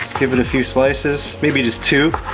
give it a few slices, maybe just two,